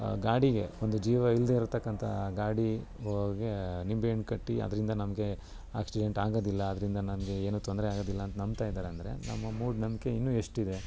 ಗಾಡಿಗೆ ಒಂದು ಜೀವ ಇಲ್ಲದೇ ಇರ್ತಕ್ಕಂಥ ಗಾಡಿ ಗೆ ನಿಂಬೆಹಣ್ ಕಟ್ಟಿ ಅದರಿಂದ ನಮಗೆ ಆಕ್ಸಿಡೆಂಟ್ ಆಗೋದಿಲ್ಲ ಅದರಿಂದ ನನಗೆ ಏನೂ ತೊಂದರೆ ಆಗೋದಿಲ್ಲ ಅಂತ ನಂಬ್ತಾಯಿದ್ದಾರೆ ಅಂದರೆ ನಮ್ಮ ಮೂಢನಂಬ್ಕೆ ಇನ್ನೂ ಎಷ್ಟಿದೆ